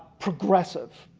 progressive.